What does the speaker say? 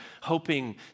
hoping